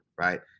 right